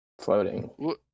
Floating